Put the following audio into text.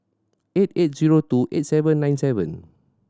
eight eight zero two eight seven nine seven